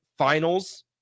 Finals